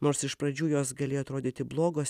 nors iš pradžių jos galėjo atrodyti blogos